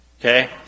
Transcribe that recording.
okay